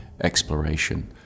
exploration